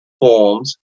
forms